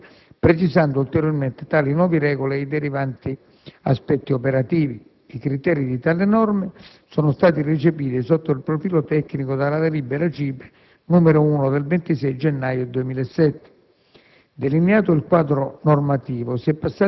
La manovra è stata perfezionata con la legge finanziaria, precisando ulteriormente tali nuove regole e i derivanti aspetti operativi. I criteri di tali norme sono stati recepiti sotto il profilo tecnico dalla delibera CIPE n. 1 del 26 gennaio 2007.